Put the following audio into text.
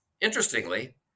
Interestingly